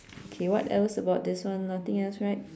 K what else about this one nothing else right